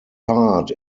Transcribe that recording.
part